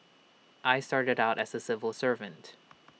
I started out as A civil servant